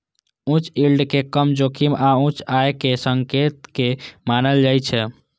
उच्च यील्ड कें कम जोखिम आ उच्च आय के संकेतक मानल जाइ छै